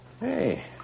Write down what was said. Hey